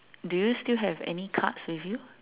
do you still have any cards with you